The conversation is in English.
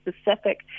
specific